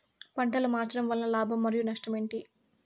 పంటలు మార్చడం వలన లాభం మరియు నష్టం ఏంటి